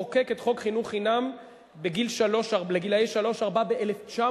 חוקק את חוק חינוך חינם לגילאי שלוש ארבע ב-1984,